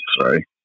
Sorry